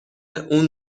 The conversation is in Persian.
اون